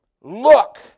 Look